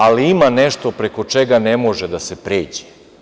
Ali, ima nešto preko čega ne može da se pređe.